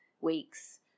weeks